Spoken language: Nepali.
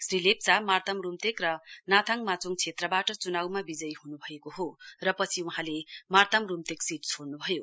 श्री लेप्चा मार्ताम रूम्तेक र नाथाङ माचोङ क्षेत्रबाट च्नाउमा विजयी हनुभएको हो र पछि वहाँले मार्ताम रूम्तेक सीट छोड़न्भयो